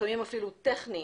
לפעמים אפילו טכני,